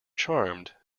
charmed